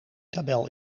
tabel